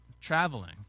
traveling